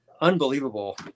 unbelievable